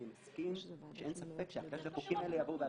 אני מסכים שאין ספק שאחרי שהחוקים האלה יעברו --- אנחנו